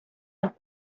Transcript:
los